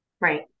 right